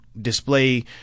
display